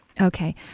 Okay